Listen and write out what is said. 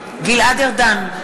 נגד גלעד ארדן,